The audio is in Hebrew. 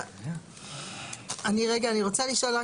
אני רוצה לשאול,